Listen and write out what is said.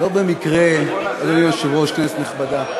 אדוני היושב-ראש, כנסת נכבדה,